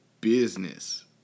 business